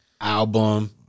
Album